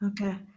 Okay